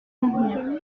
convenir